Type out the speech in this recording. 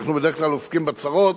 אנחנו בדרך כלל עוסקים בצרות,